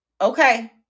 okay